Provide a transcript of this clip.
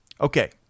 Okay